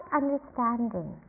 understanding